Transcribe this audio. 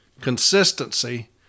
consistency